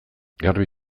garbi